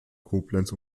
koblenz